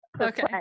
Okay